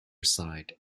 side